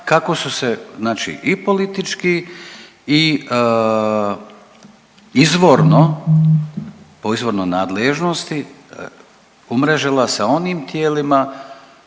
kako su se i politički i izvorno po izvornoj nadležnosti umrežila sa onim tijelima